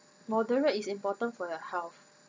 moderate is important for your health